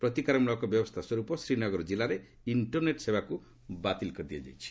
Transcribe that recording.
ପ୍ରତିକାରମ୍ଳକ ବ୍ୟବସ୍ଥା ସ୍ୱରୂପ ଶ୍ରୀନଗର ଜିଲ୍ଲାରେ ଇଣ୍ଟରନେଟ୍ ସେବାକୁ ବାତିଲ କରିଦିଆଯାଇଛି